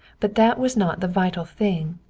but that was not the vital thing.